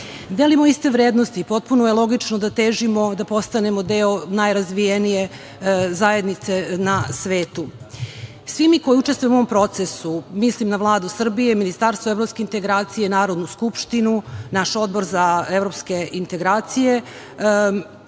delimo iste vrednosti i potpuno je logično da težimo da postanemo deo najrazvijenije zajednice na svetu. Svi mi koji učestvujemo u ovom procesu, mislim na Vladu Srbije, Ministarstvo evropskih integracija i Narodnu skupštinu, naš Odbor za evropske integracije,